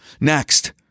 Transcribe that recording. Next